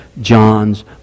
John's